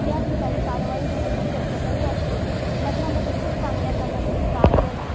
त्या ठिकाणी कारवाई होण्याची शक्यताही असते लग्नामध्ये खूप चांगल्या प्रकारे मित्र आपल्याला